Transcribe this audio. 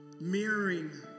Mirroring